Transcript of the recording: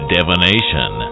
Divination